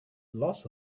loss